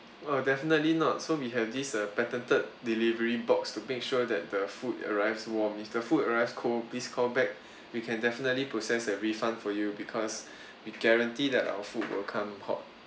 oh definitely not so we have this uh a patented delivery box to make sure that the food arrives warm if the food arrived cold please call back we can definitely process the refund for you because we guarantee that our food will come hot